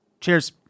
Cheers